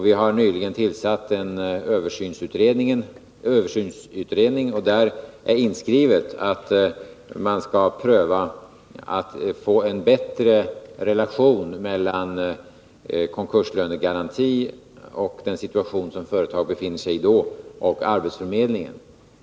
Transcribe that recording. Vi har nyligen tillsatt en översynsutredning, och i direktiven till den är inskrivet att man skall pröva möjligheterna att få en bättre relation mellan konkurslönegaranti, i den situation som företaget då befinner sig i, och arbetsförmedlingen.